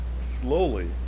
slowly